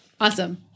awesome